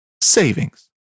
savings